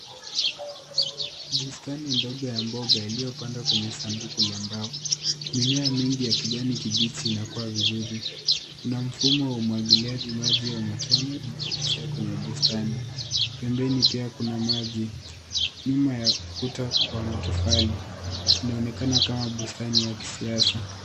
Bustani ndogo ya mboga iliyopandwa kwenye sanduku la mbao. Mimea mingi ya kijani kibichi inakua vizuri. Kuna mfumo wa umwagiliaji maji wa matone unaopita kwenye bustani. Pembeni pia kuna maji. Nyuma ya ukuta wa matofali, inaonekana kama bustani ya kisasa.